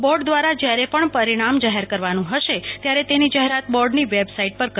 board દ્વારા જયારે પણ પરિણામ જાહેર કરવાનું હશે ત્યારે તેની જાહેરાત બોર્ડની વેબસાઈટ પર કરવામાં આવશે